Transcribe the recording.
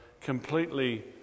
completely